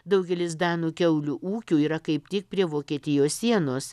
daugelis danų kiaulių ūkių yra kaip tik prie vokietijos sienos